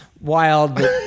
wild